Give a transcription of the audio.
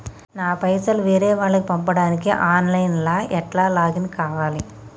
నా పైసల్ వేరే వాళ్లకి పంపడానికి ఆన్ లైన్ లా ఎట్ల లాగిన్ కావాలి?